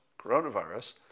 coronavirus